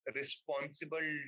responsible